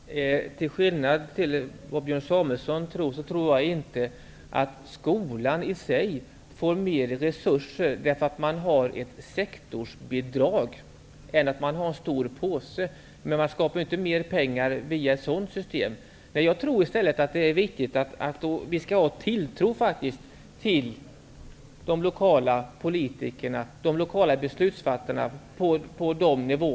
Herr talman! Till skillnad mot Björn Samuelson tror jag inte att skolan i sig får mer av resurser genom ett sektorsbidrag än om pengarna ges i en stor ''påse''. Man skapar inte mer pengar via ett sådant system. Det är i stället viktigt att vi faktiskt har tilltro till beslutsfattarna på lokal nivå.